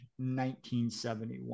1971